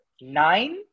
nine